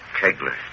Kegler